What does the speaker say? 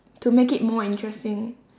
to make it more interesting